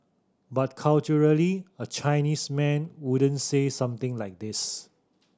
but culturally a Chinese man wouldn't say something like this